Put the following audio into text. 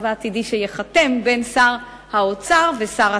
העתידי שייחתם בין שר האוצר ושר התעשייה,